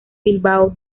bilbao